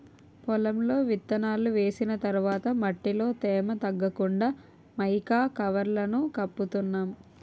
పొలంలో విత్తనాలు వేసిన తర్వాత మట్టిలో తేమ తగ్గకుండా మైకా కవర్లను కప్పుతున్నాం